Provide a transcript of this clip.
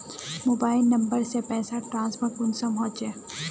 Mobile number से पैसा transfer कुंसम होचे?